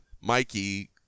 Mikey